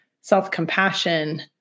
self-compassion